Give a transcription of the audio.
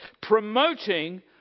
promoting